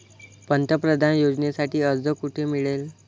पंतप्रधान योजनेसाठी अर्ज कुठे मिळेल?